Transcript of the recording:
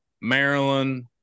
Maryland